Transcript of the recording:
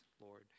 Lord